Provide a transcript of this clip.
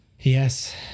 Yes